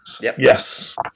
yes